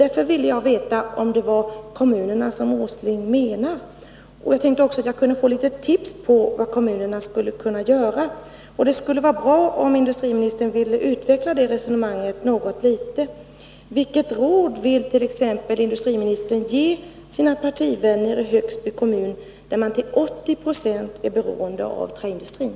Därför vill jag veta om Nils Åsling avsåg kommunerna. Jag skulle också vilja ha tips om vad kommunerna skulle kunna göra. Det vore bra om industriministern ville utveckla det resonemanget vidare. Vilket råd vill industriministern ge sina partivänner i Högsby kommun, där man till 80 20 är beroende av träindustrin?